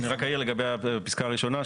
אני רק אעיר לגבי הפסקה הראשונה,